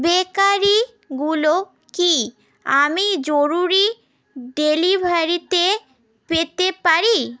বেকারিগুলো কি আমি জরুরি ডেলিভারিতে পেতে পারি